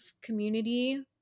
community